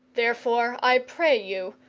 therefore i pray you,